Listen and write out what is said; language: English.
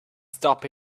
stop